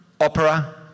opera